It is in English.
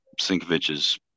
Sinkovich's